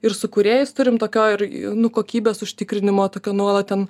ir su kūrėjais turim tokioj ir nu kokybės užtikrinimo tokio nuolat ten